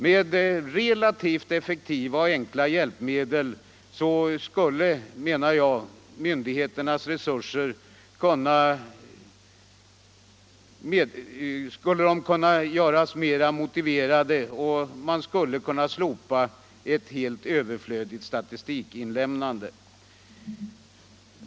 Med relativt effektiva och enkla hjälpmedel skulle, menar jag, hushållningen med myndigheternas resurser förbättras, och man skulle bli mer motiverad att slopa ett helt överflödigt uppgiftsinsamlande.